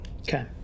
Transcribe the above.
Okay